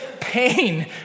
pain